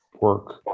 work